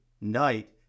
night